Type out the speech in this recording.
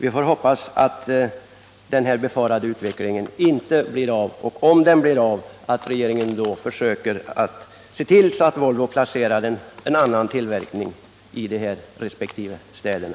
Vi får hoppas att den befarade utvecklingen inte blir verklighet och att regeringen, om den blir verklighet, försöker se till att Volvo placerar en annan tillverkning i de resp. städerna.